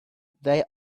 they